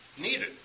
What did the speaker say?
needed